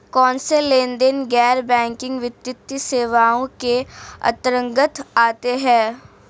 कौनसे लेनदेन गैर बैंकिंग वित्तीय सेवाओं के अंतर्गत आते हैं?